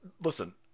listen